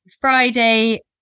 Friday